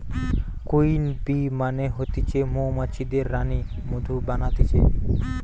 queen bee মানে হতিছে মৌমাছিদের রানী মধু বানাতিছে